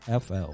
FL